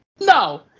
No